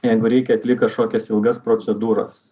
jeigu reikia atlik kažkokias ilgas procedūras